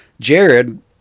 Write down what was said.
Jared